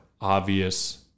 obvious